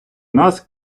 нас